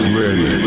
ready